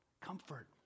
Comfort